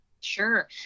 Sure